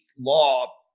law